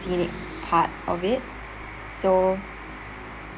scenic part of it so